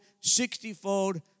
sixtyfold